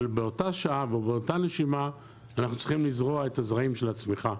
אבל באותה שעה ובאותה נשימה אנחנו צריכים לזרוע את הזרעים של הצמיחה.